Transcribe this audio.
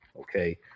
Okay